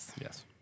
Yes